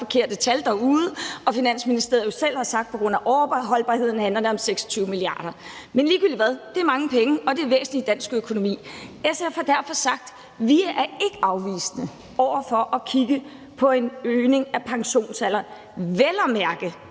forkerte tal derude, og Finansministeriet jo selv har sagt, at på grund af overholdbarheden handler det om 26 mia. kr. Men ligegyldigt hvad, er det er mange penge, og det er væsentligt i dansk økonomi. SF har derfor sagt, at vi ikke er afvisende over for at kigge på at hæve pensionsalderen, vel at mærke